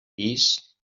pis